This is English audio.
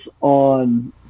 on